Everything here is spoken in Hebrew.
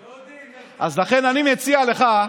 דודי, לכן אני מציע לך,